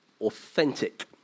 Authentic